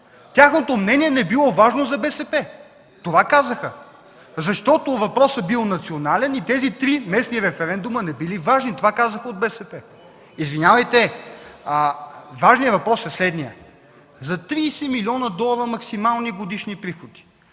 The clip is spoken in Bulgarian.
Тяхното мнение не било важно за БСП – това казаха, защото въпросът бил национален и тези три местни референдума не били важни. Това казаха от БСП. Извинявайте, важният въпрос е следният: за 30 млн. долара максимални годишни приходи